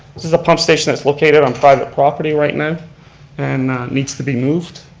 this is a pumping station that's located on private property right now and needs to be moved.